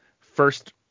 first